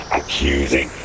accusing